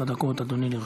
שבע דקות, אדוני, לרשותך.